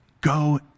go